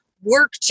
work